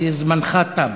כי זמנך תם.